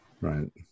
right